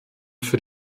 für